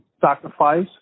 sacrifice